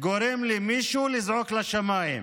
גורם למישהו לזעוק לשמיים.